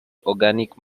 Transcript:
organic